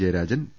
Jayarajan P